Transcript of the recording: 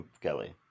Kelly